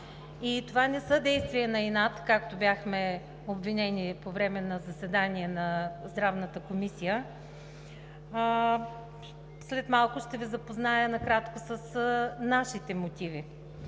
Това не са действия на инат, както бяхме обвинени по време на заседание на Здравната комисия. След малко ще Ви запозная накратко с нашите мотиви.